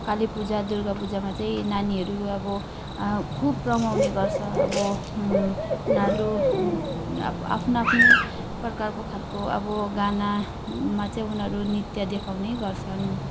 कालीपूजा दुर्गापूजामा चाहिँ नानीहरू अब खुब रमाउने गर्छ अब उनीहरू अब आफ्नो आफ्नो प्रकारको खालको अब गानामा चाहिँ उनीहरू नृत्य देखाउने गर्छन्